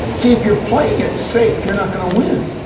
see, if you're playing it safe, you're not going to win.